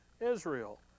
Israel